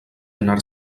anar